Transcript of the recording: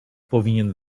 powinien